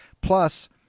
Plus